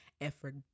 effort